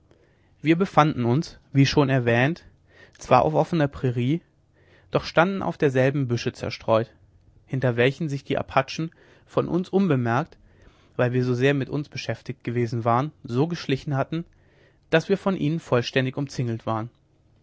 wir befanden uns wie schon erwähnt zwar auf der offenen prairie doch standen auf derselben büsche zerstreut hinter welche sich die apachen von uns unbemerkt weil wir so sehr mit uns beschäftigt gewesen waren so geschlichen hatten daß wir von ihnen vollständig umzingelt waren